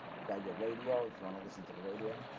you got your radio if you want to listen to the radio.